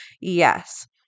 Yes